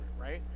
right